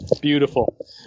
Beautiful